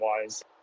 wise